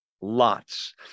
lots